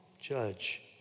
judge